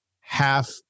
half